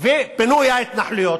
ופינוי ההתנחלויות,